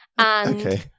Okay